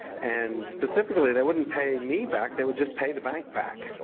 and specifically they wouldn't pay me back, they would just pay the bank back,